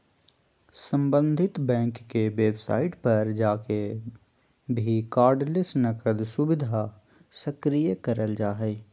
सम्बंधित बैंक के वेबसाइट पर जाके भी कार्डलेस नकद सुविधा सक्रिय करल जा हय